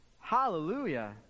Hallelujah